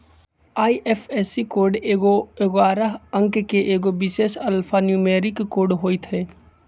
IFSC code ऐगारह अंक के एगो विशेष अल्फान्यूमैरिक कोड होइत हइ